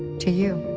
to you.